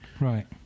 right